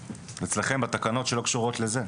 אצלכם, בתקנות שלא קשורות לזה?